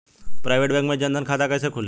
Private bank मे जन धन खाता कैसे खुली?